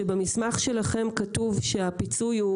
שבמסמך שלכם כתוב שהפיצוי הוא